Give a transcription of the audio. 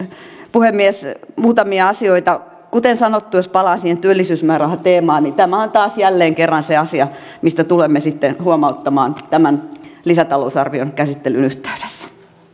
puhemies muutamia asioita kuten sanottu jos palaan siihen työllisyysmäärärahateemaan tämä on taas jälleen kerran se asia mistä tulemme sitten huomauttamaan tämän lisätalousarvion käsittelyn yhteydessä